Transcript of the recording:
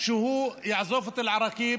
שהוא יעזוב את אל-עראקיב,